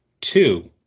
Two